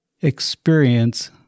experience